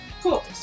Cool